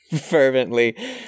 fervently